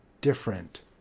different